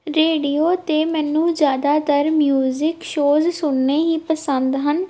radio 'ਤੇ ਮੈਨੂੰ ਜ਼ਿਆਦਾਤਰ ਮਿਊਜ਼ਿਕ ਸ਼ੋਅਜ਼ ਸੁਣਨੇ ਹੀ ਪਸੰਦ ਹਨ